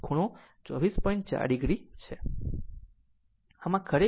આમ આ ખરેખર 44